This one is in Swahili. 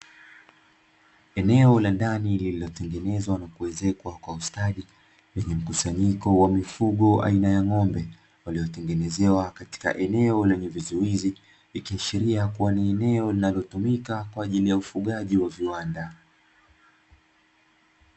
Eneo la ndani lililotengenezwa na kuezekwa kwa ustadi, lenye mkusanyiko wa mifugo aina ya ng'ombe, waliotengenezewa katika eneo lenye vizuizi, likiashiria kuwa ni eneo linalotumika kwa ajili ya ufugaji wa viwanda.